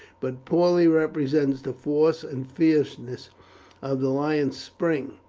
but poorly represents the force and fierceness of the lion's spring.